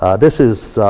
ah this is